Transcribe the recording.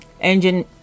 engine